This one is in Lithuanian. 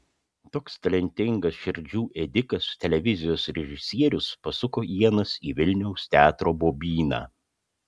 toks talentingas širdžių ėdikas televizijos režisierius pasuko ienas į vilniaus teatro bobyną